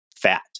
fat